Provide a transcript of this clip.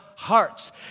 hearts